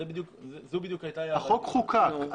החוק חוקק,